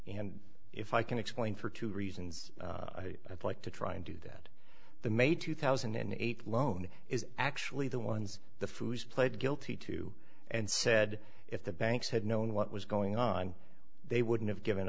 and if i can explain for two reasons i'd like to try and do that the may two thousand and eight loan is actually the ones the food has pled guilty to and said if the banks had known what was going on they wouldn't have given